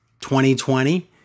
2020